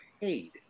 paid